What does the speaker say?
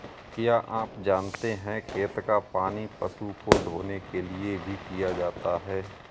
क्या आप जानते है खेत का पानी पशु को धोने के लिए भी किया जाता है?